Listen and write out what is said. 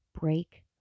break